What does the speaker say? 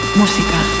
música